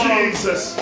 Jesus